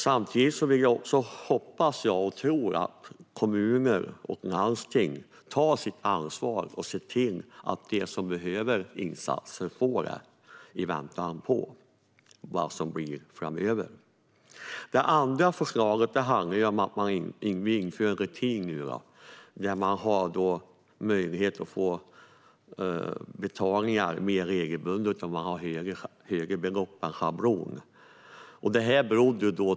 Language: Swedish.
Samtidigt vill jag hoppas och tro att kommuner och landsting tar sitt ansvar och ser till att de som behöver insatser får det i väntan på vad som blir framöver. Det andra förslaget handlar om att vi nu inför en rutin där man har möjlighet att få betalningar mer regelbundet också om man behöver få högre belopp än schablonersättning.